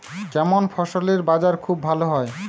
কেমন ফসলের বাজার খুব ভালো হয়?